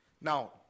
Now